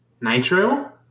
Nitro